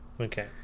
Okay